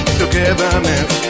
togetherness